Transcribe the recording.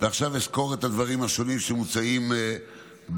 ועכשיו אסקור את הדברים השונים שמוצעים בהסדרה.